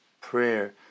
prayer